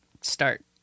start